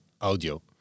audio